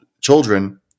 children